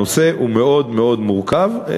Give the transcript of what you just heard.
הנושא מאוד מאוד מורכב,